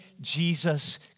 Jesus